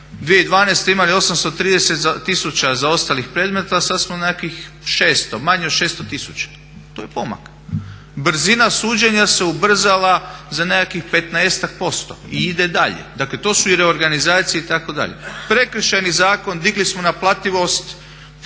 2012.imali 830 tisuća zaostalih predmeta, a sada smo na nekakvih manje od 600 tisuća, to je pomak. Brzina suđenja se ubrzala za nekakvih 15-ak posto i ide dalje, to su reorganizacije itd. Prekršajni zakon, digli smo naplativost